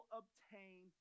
obtain